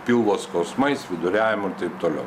pilvo skausmais viduriavimu ir taip toliau